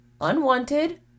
unwanted